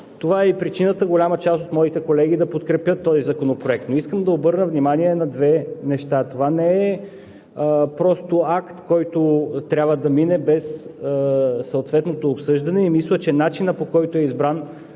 Това е и причината голяма част от моите колеги да подкрепят този законопроект, но искам да обърна внимание на две неща. Това не е просто акт, който трябва да мине без съответното обсъждане, и мисля, че начинът, по който е избрано